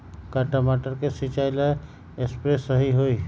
का टमाटर के सिचाई ला सप्रे सही होई?